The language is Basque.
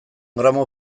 gramo